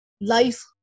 life